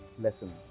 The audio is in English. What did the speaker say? lesson